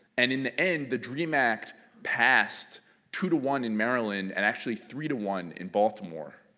and in the end the dream act passed two to one in maryland, and actually three to one in baltimore.